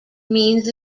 means